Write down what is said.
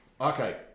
Okay